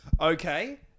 Okay